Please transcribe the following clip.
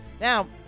Now